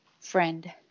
friend